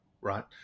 right